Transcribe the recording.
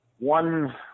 One